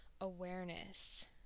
awareness